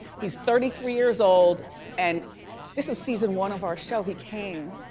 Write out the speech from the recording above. he's thirty three years old and this is season one of our show, he came